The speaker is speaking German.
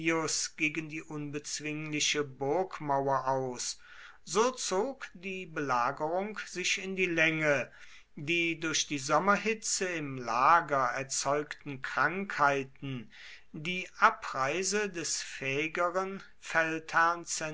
gegen die unbezwingliche burgmauer aus so zog die belagerung sich in die länge die durch die sommerhitze im lager erzeugten krankheiten die abreise des fähigeren feldherrn